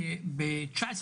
שב-20'-19'